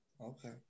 Okay